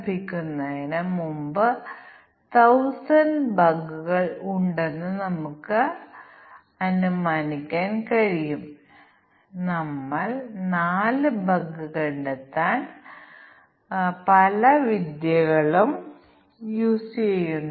തീരുമാന പട്ടിക അടിസ്ഥാനമാക്കിയുള്ള പരിശോധനയിൽ പ്രശ്ന വിവരണത്തെ അടിസ്ഥാനമാക്കി ഞങ്ങൾ ഒരു തീരുമാന പട്ടിക വികസിപ്പിക്കുന്നു